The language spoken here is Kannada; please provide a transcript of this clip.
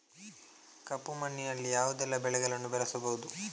ಕಪ್ಪು ಮಣ್ಣಿನಲ್ಲಿ ಯಾವುದೆಲ್ಲ ಬೆಳೆಗಳನ್ನು ಬೆಳೆಸಬಹುದು?